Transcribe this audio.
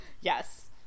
Yes